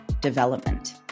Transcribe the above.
development